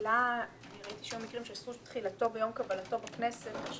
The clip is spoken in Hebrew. ראיתי מקרים שעשו תחילתו ביום קבלתו בכנסת.